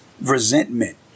resentment